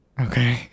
Okay